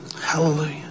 hallelujah